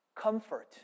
comfort